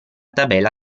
tabella